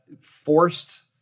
forced